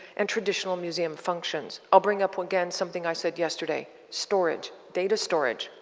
and traditional museum functions. i'll bring up again something i said yesterday. storage, data storage,